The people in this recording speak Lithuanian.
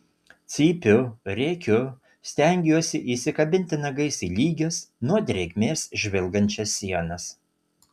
cypiu rėkiu stengiuosi įsikabinti nagais į lygias nuo drėgmės žvilgančias sienas